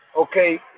Okay